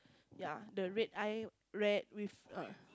ya the red eye rat with err